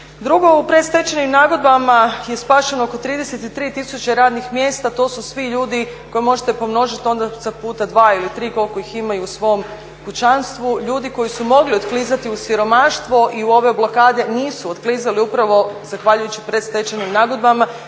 Drugo, u predstečajnim nagodbama je spašeno oko 33000 radnih mjesta. To su svi ljudi koje možete pomnožit onda sa puta 2 ili 3 koliko ih imaju u svom kućanstvu. Ljudi koji su mogli otklizati u siromaštvo i u ove blokade nisu otklizali upravo zahvaljujući predstečajnim nagodbama